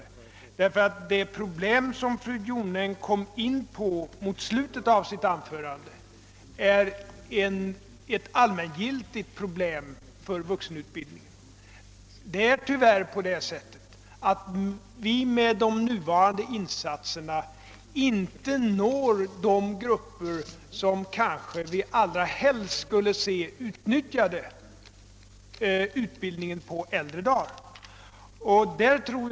Det problem som fru Jonäng kom in på mot slutet av sitt anförande är allmängiltigt för hela vuxenutbildningen. Det är tyvärr så att vi med de nuvarande insatserna inte når de grupper som vi kanske allra helst skulle se utnyttja möjligheten till utbildning på äldre dagar.